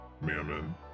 Mammon